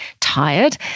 tired